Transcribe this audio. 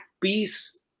peace